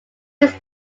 its